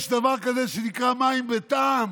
יש דבר כזה שנקרא מים בטעם,